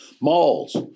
Malls